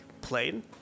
played